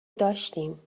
داشتیم